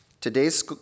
Today's